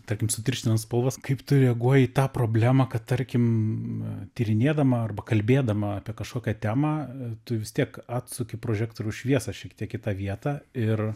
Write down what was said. tarkim sutirštinant spalvas kaip tu reaguoji į tą problemą kad tarkim tyrinėdama arba kalbėdama apie kažkokią temą tu vis tiek atsuki prožektoriaus šviesą šiek tiek į tą vietą ir